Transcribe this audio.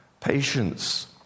Patience